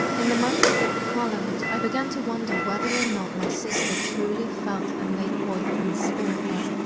in the months that followed, i began to wonder whether or not my sister truly felt her late-boyfriend's spirit there,